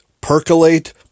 Percolate